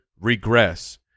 regress